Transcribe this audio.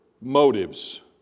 motives